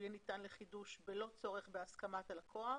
יהיה ניתן לחידוש בלא צורך בהסכמת הלקוח,